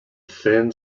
thin